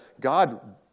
God